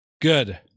Good